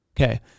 Okay